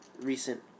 recent